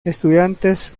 estudiantes